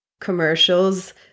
commercials